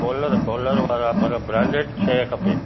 collar collar वारा पर branded शइ खपे